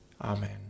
Amen